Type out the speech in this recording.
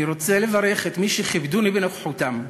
אני רוצה לברך את מי שכיבדוני בנוכחותם,